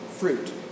Fruit